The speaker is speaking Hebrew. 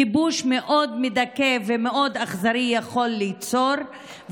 כיבוש מאוד מדכא ומאוד אכזרי, יכול ליצור.